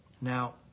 Now